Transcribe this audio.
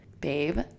babe